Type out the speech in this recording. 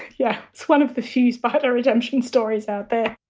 yeah it's one of the few spider redemption stories out there.